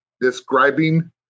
describing